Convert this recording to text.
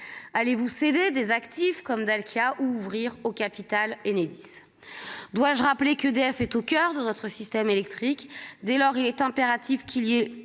allez-vous céder des actifs comme Dalkia ouvrir au capital enedis dois-je rappeler qu'EDF est au coeur de notre système électrique, dès lors, il est impératif qu'il y ait